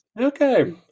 okay